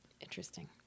Interesting